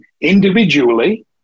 individually